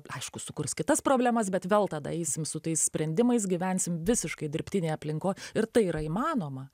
aišku sukurs kitas problemas bet vel tada eisim su tais sprendimais gyvensim visiškai dirbtinėj aplinkoj ir tai yra įmanoma